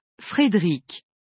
Frédéric